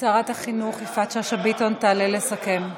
שרת החינוך יפעת שאשא ביטון תעלה לסכם.